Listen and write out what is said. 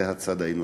זה הצד האנושי,